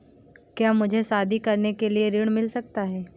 क्या मुझे शादी करने के लिए ऋण मिल सकता है?